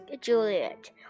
Juliet